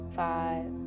five